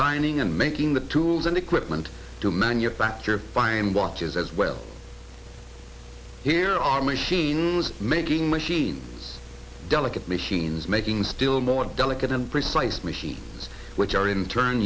xining and making the tools and equipment to manufacture fine watches as well here are machines making machines delicate machines making still more delicate and precise machines which are in turn